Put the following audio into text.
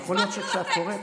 הצבעתי לו על הטקסט.